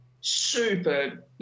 Super